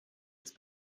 ist